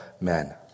men